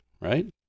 right